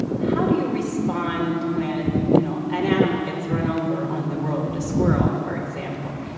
how do you respond when you know an animal gets run over on the road, a squirrel, for example?